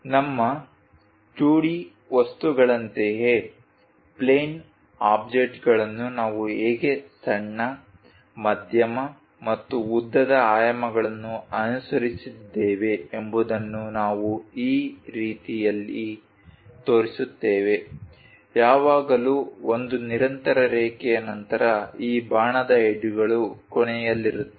ನಮ್ಮ 2D ವಸ್ತುಗಳಂತೆಯೇ plane ಆಬ್ಜೆಕ್ಟ್ಗಳನ್ನು ನಾವು ಹೇಗೆ ಸಣ್ಣ ಮಧ್ಯಮ ಮತ್ತು ಉದ್ದದ ಆಯಾಮಗಳನ್ನು ಅನುಸರಿಸಿದ್ದೇವೆ ಎಂಬುದನ್ನು ನಾವು ಆ ರೀತಿಯಲ್ಲಿ ತೋರಿಸುತ್ತೇವೆ ಯಾವಾಗಲೂ ಒಂದು ನಿರಂತರ ರೇಖೆಯ ನಂತರ ಈ ಬಾಣದ ಹೆಡ್ಗಳು ಕೊನೆಯಲ್ಲಿರುತ್ತದೆ